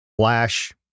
flash